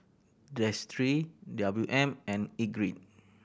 Destry W M and Ingrid